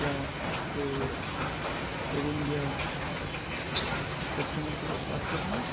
کیا آپ کیا آپ اییر انڈیا کے کسٹمر کیئر سے بات کر رہی ہیں